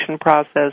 process